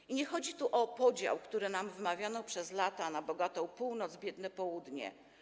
I nie chodzi tu o podział, który nam wmawiano przez lata, na bogatą Północ, biedne Południe.